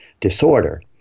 disorder